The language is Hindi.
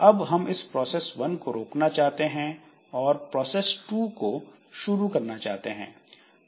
अब हम प्रोसेस 1 को रोकना चाहते हैं और प्रोसेस टू को शुरू करना चाहते हैं